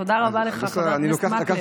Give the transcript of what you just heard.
תודה רבה לך, חבר הכנסת מקלב.